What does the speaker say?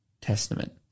Testament